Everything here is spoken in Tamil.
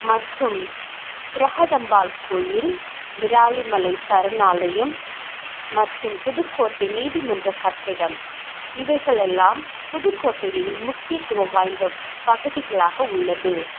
மற்றும் பிரகதம்பாள் கோவில் விராலிமலை சரணாலயம் மற்றும் புதுக்கோட்டை நீதிமன்ற கட்டிடம் இவைகளெல்லாம் புதுக்கோட்டையில் முக்கியத்துவம் வாய்ந்த பகுதிகளாக உள்ளது